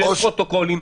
ללא פרוטוקולים,